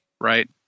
right